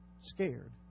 scared